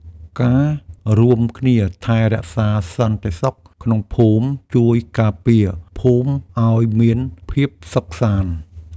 ការរួមគ្នាថែរក្សាសន្តិសុខក្នុងភូមិ ជួយការពារភូមិឲ្យមានភាពសុខសាន្ដ។